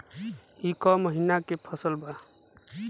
ई क महिना क फसल बा?